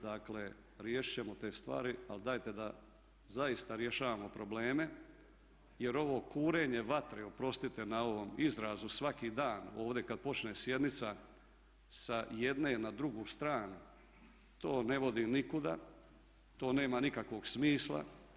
Dakle, riješit ćemo te stvari ali dajte da zaista rješavamo probleme jer ovo kurenje vatre oprostite na ovom izrazu svaki dan ovdje kad počne sjednica sa jedne na drugu stranu to ne vodi nikuda, to nema nikakvog smisla.